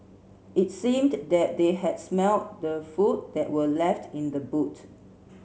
it seemed that they had smelt the food that were left in the boot